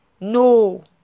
No